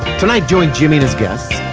tonight, join jimmy and his guests,